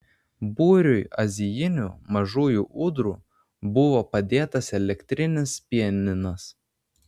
būriui azijinių mažųjų ūdrų buvo padėtas elektrinis pianinas